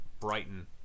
Brighton